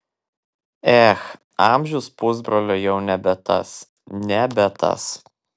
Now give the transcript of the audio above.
ech amžius pusbrolio jau nebe tas nebe tas